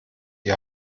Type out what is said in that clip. die